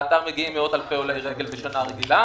לאתר מגיעים מאות אלפי עולי רגל בשנה רגילה